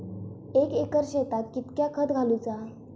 एक एकर शेताक कीतक्या खत घालूचा?